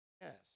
Yes